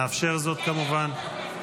נאפשר זאת, כמובן.